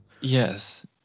yes